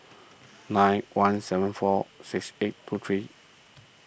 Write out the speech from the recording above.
nine one seven four six eight two three